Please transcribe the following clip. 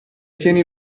tieni